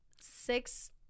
six